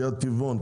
קריית טבעון,